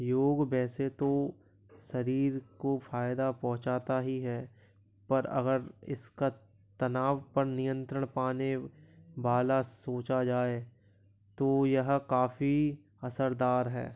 योग वैसे तो शरीर को फ़ायदा पोहचाता ही है पर अगर इसका तनाव पर नियंत्रण पाने वाला सोचा जाए तो यह काफ़ी असरदार है